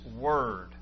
Word